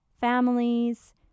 families